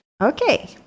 Okay